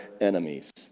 enemies